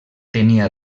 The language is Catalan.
tenia